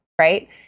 Right